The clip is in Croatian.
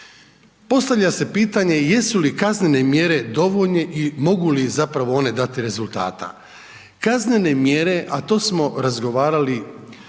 Postavlja se pitanje, jesu li kaznen mjere dovoljne i mogu li zapravo one dati rezultata. Kaznene mjere, a to smo razgovarali